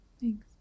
Thanks